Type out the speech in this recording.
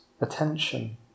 attention